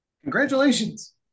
congratulations